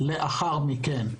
לאחר מכן.